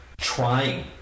Trying